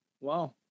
Wow